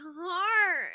heart